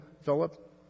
Philip